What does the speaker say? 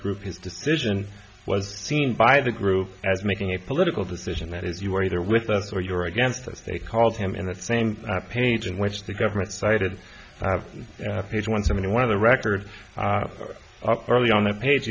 group his decision was seen by the group as making a political decision that if you're either with us or you're against us they called him in that same page in which the government cited page one hundred one of the records up early on the page